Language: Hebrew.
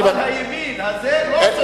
אבל הימין הזה לא,